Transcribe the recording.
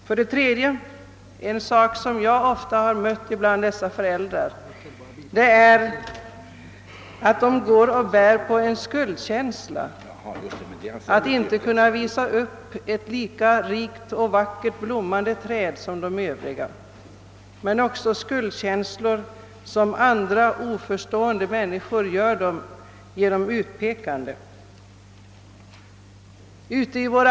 För det tredje går dessa föräldrar och bär på en skuldkänsla därför att de inte kan uppvisa ett lika rikt och vackert blommande »träd» som de övriga. Men det kan också vara skuldkänslor som andra oförstående människor givit dem genom ett utpekande. Jag har ofta mött sådana känslor hos dessa föräldrar.